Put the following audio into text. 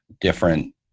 Different